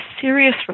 serious